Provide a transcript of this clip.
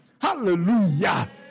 Hallelujah